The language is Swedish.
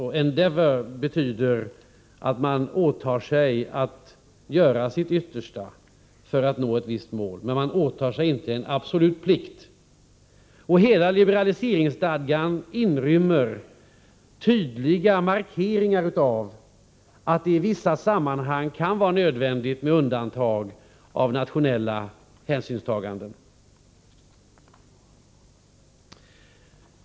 Endeavour betyder att man åtar sig att göra sitt yttersta för att nå ett visst mål, men man åtar sig inte en absolut plikt. Hela liberaliseringsstadgan inrymmer tydliga markeringar av att det i vissa sammanhang kan vara nödvändigt med undantag av nationella hänsynstaganden.